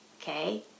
okay